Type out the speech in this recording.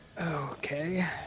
Okay